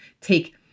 take